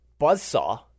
Buzzsaw